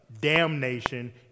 Damnation